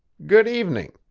good evening.